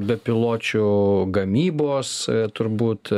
bepiločių gamybos turbūt